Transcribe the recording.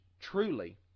truly